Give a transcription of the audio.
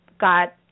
got